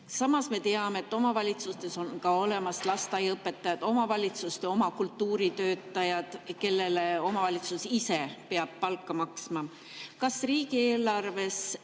Samas me teame, et omavalitsustes on lasteaiaõpetajad ja omavalitsuste oma kultuuritöötajad, kellele omavalitsus ise peab palka maksma. Kas riigieelarves